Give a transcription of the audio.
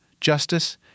justice